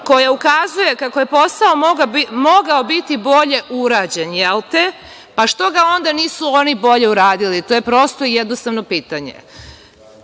koja ukazuje kako je posao mogao biti bolje urađen, jel te, pa što ga onda nisu oni bolje uradili? To je prosto i jednostavno